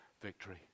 Victory